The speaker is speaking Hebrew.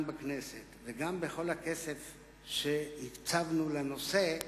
בכנסת וגם בכל הכסף שהקצבנו לנושא,